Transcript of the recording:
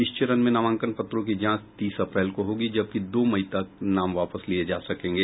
इस चरण में नामांकन पत्रों की जांच तीस अप्रैल को होगी जबकि दो मई तक नाम वापस लिये जा सकेंगे